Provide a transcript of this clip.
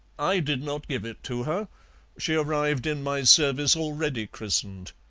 i did not give it to her she arrived in my service already christened.